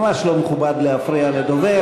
ממש לא מכובד להפריע לדובר.